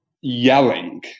yelling